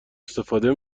استفاده